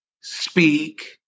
speak